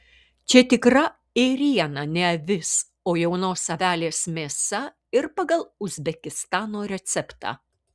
čia tikra ėriena ne avis o jaunos avelės mėsa ir pagal uzbekistano receptą